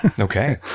Okay